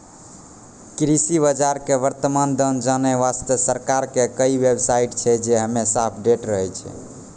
कृषि बाजार के वर्तमान दाम जानै वास्तॅ सरकार के कई बेव साइट छै जे हमेशा अपडेट रहै छै